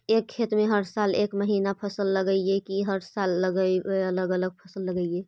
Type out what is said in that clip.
एक खेत में हर साल एक महिना फसल लगगियै कि हर साल अलग अलग फसल लगियै?